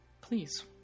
Please